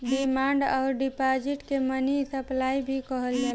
demand अउर deposit के money supply भी कहल जाला